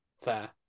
Fair